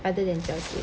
other than 饺子